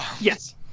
Yes